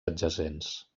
adjacents